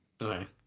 Okay